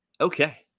Okay